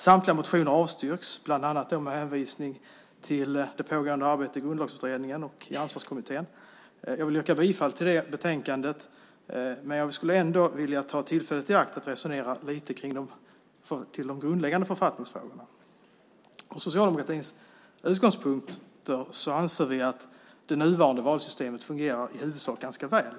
Samtliga motioner avstyrks, bland annat med hänvisning till pågående arbete i Grundlagsutredningen och i Ansvarskommittén. Jag yrkar bifall till utskottets förslag i betänkandet men skulle vilja ta tillfället i akt och lite grann diskutera de grundläggande författningsfrågorna. Från socialdemokratins utgångspunkt anser vi att det nuvarande valsystemet i huvudsak fungerar ganska väl.